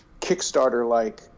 Kickstarter-like